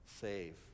save